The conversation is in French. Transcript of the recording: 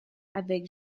avec